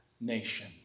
nation